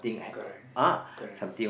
correct correct